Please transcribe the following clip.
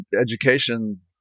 education